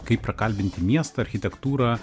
kaip prakalbinti miestą architektūrą